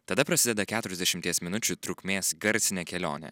tada prasideda keturiasdešimties minučių trukmės garsinė kelionė